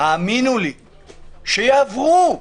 האמינו לי, שיעברו,